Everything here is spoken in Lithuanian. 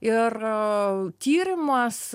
ir tyrimas